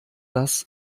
das